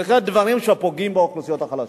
אלה דברים שפוגעים באוכלוסיות החלשות.